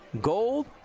Gold